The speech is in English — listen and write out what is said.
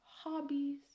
hobbies